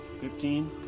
fifteen